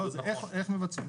זה איך מבצעים.